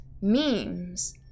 memes